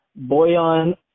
Boyan